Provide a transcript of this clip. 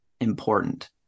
important